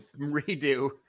redo